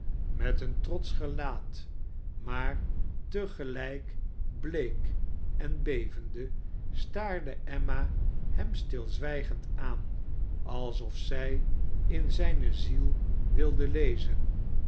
met een trotsch gelaat maar te gelijk bleek en bevende staarde emma hem stilzwijgend aan alsof zij in zijne ziel wilde lezen